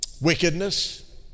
Wickedness